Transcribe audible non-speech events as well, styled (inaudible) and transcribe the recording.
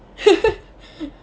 (laughs)